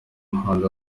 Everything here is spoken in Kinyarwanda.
muhanzi